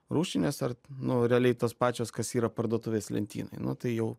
rūšinės nu realiai tos pačios kas yra parduotuvės lentynoj nu tai jau